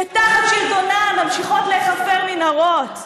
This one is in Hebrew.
שתחת שלטונה ממשיכות להיחפר מנהרות,